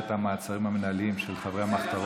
את המעצרים המינהליים של חברי המתחרות.